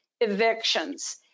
evictions